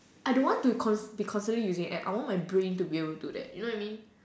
I don't want to consider be consider using that I want my brain to be able to do that do you know what I mean